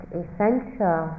essential